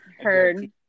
Heard